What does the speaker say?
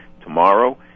Tomorrow